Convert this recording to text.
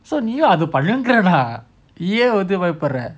so நீயும்அதபண்ணுங்கறேன்நான்நீஏன்பயப்படுற:neeyum atha pannunkaren naan nee yen payappadra